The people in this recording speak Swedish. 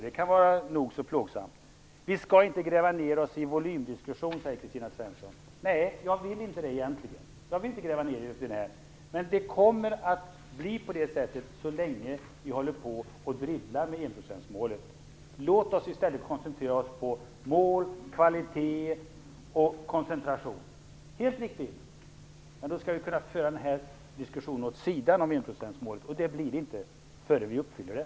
Det kan vara nog så plågsamt. Vi skall inte gräva ned oss i volymdiskussionen, säger Kristina Svensson. Nej, jag vill egentligen inte göra det, men det kommer att bli på det sättet, så länge vi håller på och dribblar med enprocentsmålet. Låt oss i stället koncentrera oss på mål, kvalitet och koncentration! Det är helt riktigt. Men vi kan inte föra diskussionen om enprocentsmålet åt sidan förrän vi uppfyller det.